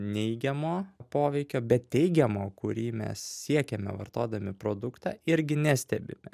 neigiamo poveikio bet teigiamo kurį mes siekiame vartodami produktą irgi nestebime